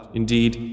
indeed